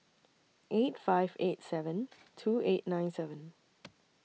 eight five eight seven two eight nine seven